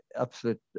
absolute